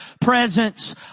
presence